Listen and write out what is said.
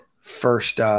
first